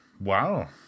Wow